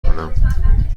کنم